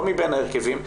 לא מבין ההרכבים,